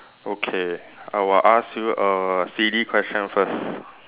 okay I will ask you a silly question first